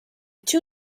two